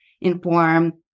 inform